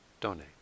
donate